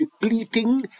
depleting